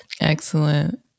Excellent